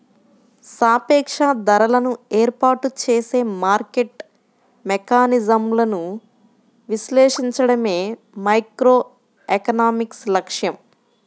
సాపేక్ష ధరలను ఏర్పాటు చేసే మార్కెట్ మెకానిజమ్లను విశ్లేషించడమే మైక్రోఎకనామిక్స్ లక్ష్యం